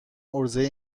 عرضه